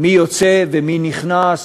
מי יוצא ומי נכנס?